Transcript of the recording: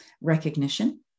recognition